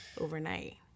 overnight